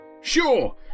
Sure